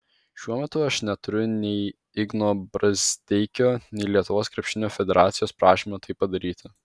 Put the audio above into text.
šiuo metu aš neturiu nei igno brazdeikio nei lietuvos krepšinio federacijos prašymo tai padaryti